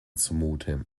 zumute